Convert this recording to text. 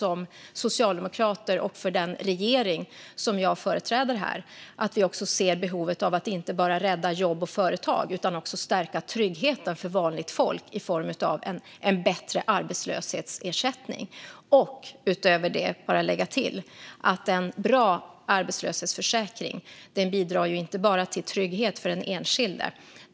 Vi socialdemokrater och den regering som jag företräder ser självklart inte bara behovet av att rädda jobb och företag utan också behovet av att stärka tryggheten för vanligt folk i form av en bättre arbetslöshetsersättning. Utöver det vill jag lägga till att en bra arbetslöshetsförsäkring inte bara bidrar till trygghet för den enskilde.